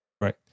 Right